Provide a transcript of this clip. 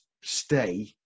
stay